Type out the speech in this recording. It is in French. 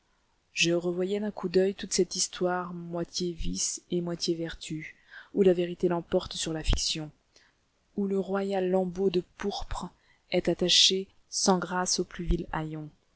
je revoyais d'un coup d'oeil toute cette histoire moitié vice et moitié vertu où la vérité l'emporte sur la fiction où le royal lambeau de pourpre est attaché sans grâce au plus vil